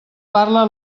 parla